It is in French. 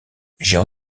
j’ai